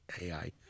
AI